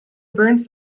burns